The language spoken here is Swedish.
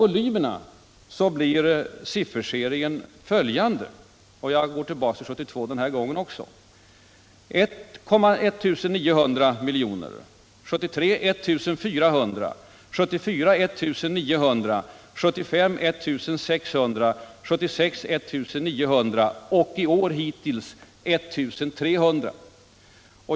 Gör man en sådan bedömning blir sifferserien följande — jag går också den här gången tillbaka till 1972: 1900 miljoner 1972, 1 400 miljoner 1973, 1 900 miljoner 1974, 1 600 miljoner 1975, 1 900 miljoner 1976 och i år hittills 1 300.